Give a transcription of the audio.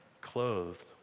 clothed